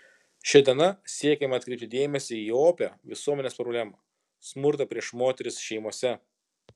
šia diena siekiama atkreipti dėmesį į opią visuomenės problemą smurtą prieš moteris šeimose